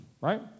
right